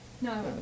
no